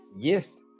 Yes